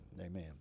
Amen